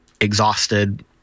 exhausted